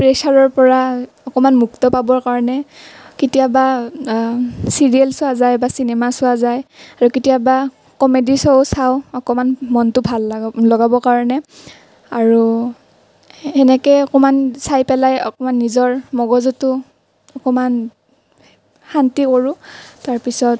প্ৰেচাৰৰ পৰা অকণমান মুক্ত পাবৰ কাৰণে কেতিয়াবা ছিৰিয়েল চোৱা যায় বা চিনেমা চোৱা যায় আৰু কেতিয়াবা কমেডি শ্ব' চাওঁ অকণমান মনটো ভাল লগাবৰ কাৰণে আৰু এনেকৈ অকণমান চাই পেলাই অকণমান নিজৰ মগজুটো অকণমান শান্তি কৰোঁ তাৰপিছত